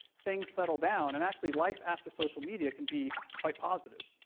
things settle down, and actually, life after social media can be quite positive.